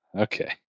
okay